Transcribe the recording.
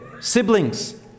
siblings